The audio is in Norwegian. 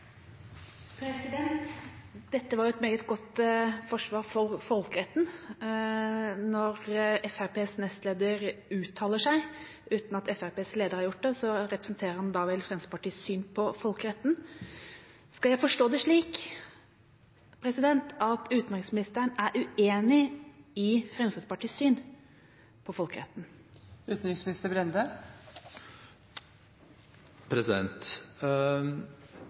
Dette var et meget godt forsvar for folkeretten. Når Fremskrittspartiets nestleder uttaler seg – uten at Fremskrittspartiets leder har gjort det – representerer han vel da Fremskrittspartiets syn på folkeretten. Skal jeg forstå det slik at utenriksministeren er uenig i Fremskrittspartiets syn på